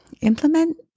implement